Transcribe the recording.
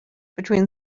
between